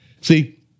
See